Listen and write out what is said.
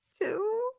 Two